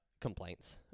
complaints